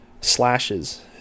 slashes